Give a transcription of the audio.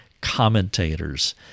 commentators